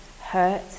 hurt